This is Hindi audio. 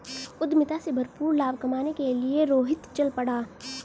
उद्यमिता से भरपूर लाभ कमाने के लिए रोहित चल पड़ा